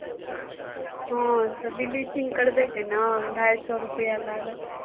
हँ तऽ ब्लीचिंग करबयके ने ढाइ सओ रुपैआ लागत